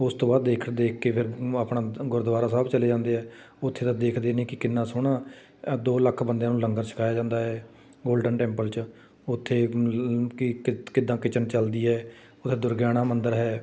ਉਸ ਤੋਂ ਬਾਅਦ ਦੇਖ ਦੇਖ ਕੇ ਫਿਰ ਆਪਣਾ ਗੁਰਦੁਆਰਾ ਸਾਹਿਬ ਚਲੇ ਜਾਂਦੇ ਆ ਉੱਥੇ ਦਾ ਦੇਖਦੇ ਨੇ ਕਿ ਕਿੰਨਾ ਸੋਹਣਾ ਅ ਦੋ ਲੱਖ ਬੰਦਿਆਂ ਨੂੰ ਲੰਗਰ ਛਕਾਇਆ ਜਾਂਦਾ ਹੈ ਗੋਲਡਨ ਟੈਂਪਲ 'ਚ ਉੱਥੇ ਕਿ ਕਿੱਦਾਂ ਕਿਚਨ ਚੱਲਦੀ ਹੈ ਉੱਥੇ ਦੁਰਗਿਆਣਾ ਮੰਦਿਰ ਹੈ